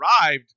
arrived